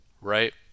right